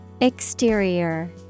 Exterior